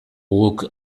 guk